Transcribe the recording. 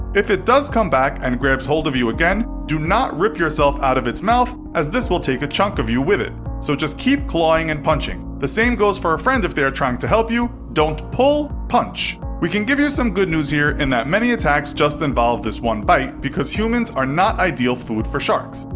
if it does come back and grabs hold of you again, do not rip yourself out of its mouth as this will take a chunk of you with it, so just keep clawing and punching. the same goes for a friend if they are trying to help you don't pull, punch. we can give you some good news here in that many attacks just involve this one bite, because we humans are not ideal food for sharks.